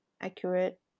accurate